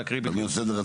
יכול להיות שכל